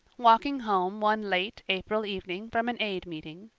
walking home one late april evening from an aid meeting,